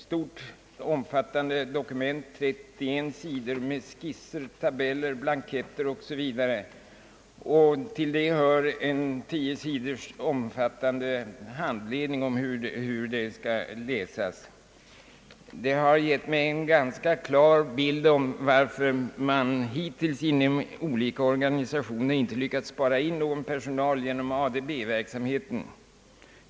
Det är ett omfattande dokument — 31 sidor med skisser, tabeller, blanketter o. s. v., vartill hör en 10 sidor lång handledning om hur dokumentet skall läsas. Det hela har gett mig en ganska klar bild av varför man hittills inom olika organisationer inte lyckats spara in någon personal genom ADB-verksamheten.